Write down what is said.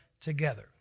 together